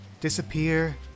disappear